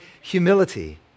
humility